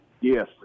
yes